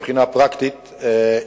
מבחינה פרקטית,